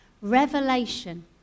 Revelation